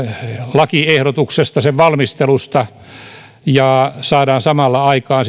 lakiehdotuksesta sen valmistelusta ja saadaan samalla aikaan